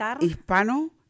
hispano